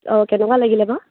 অঁ কেনেকুৱা লাগিলে বাৰু